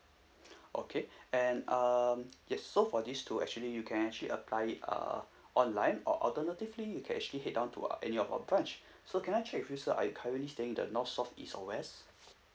okay and um yes so for these two actually you can actually apply it uh online or alternatively you can actually head down to uh any of our branch so can I check with you sir are you currently staying the north south east or west